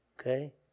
Okay